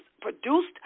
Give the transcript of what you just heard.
produced